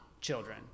children